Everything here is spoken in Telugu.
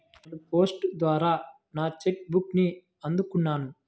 నేను పోస్ట్ ద్వారా నా చెక్ బుక్ని అందుకున్నాను